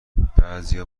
بعضیها